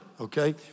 Okay